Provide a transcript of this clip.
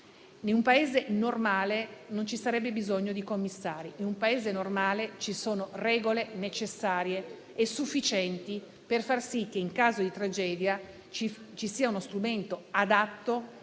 In un Paese normale non ci sarebbe bisogno di Commissari; in un Paese normale ci sono regole necessarie e sufficienti per fari sì che in caso di tragedia ci sia uno strumento adatto